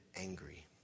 angry